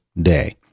day